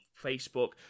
facebook